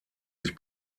sich